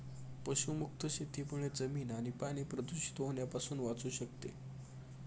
पशुमुक्त शेतीमुळे जमीन आणि पाणी प्रदूषित होण्यापासून वाचू शकते